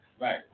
Right